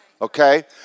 Okay